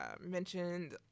mentioned